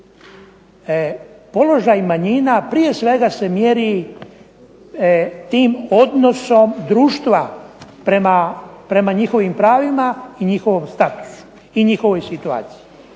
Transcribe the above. Položaj manjina prije svega se mjeri tim odnosom društva prema njihovim pravima i njihovom statusu i njihovoj situaciji